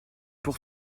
pour